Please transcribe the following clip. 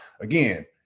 again